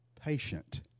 patient